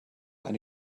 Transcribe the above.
eine